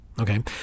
Okay